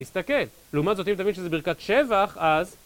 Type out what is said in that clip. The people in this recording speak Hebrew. תסתכל, לעומת זאת אם תבין שזה ברכת שבח, אז...